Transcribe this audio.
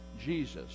Jesus